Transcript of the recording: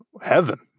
heaven